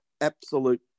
absolute